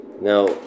Now